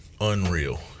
unreal